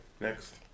next